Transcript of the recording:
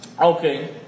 Okay